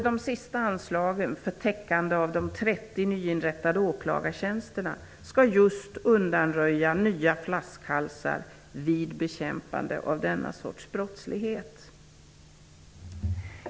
De sista anslagen för täckande av de 30 nyinrättade åklagartjänsterna skall just undanröja nya flaskhalsar vid bekämpande av denna sorts brottslighet.